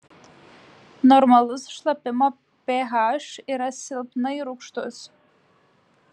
normalus šlapimo ph yra silpnai rūgštus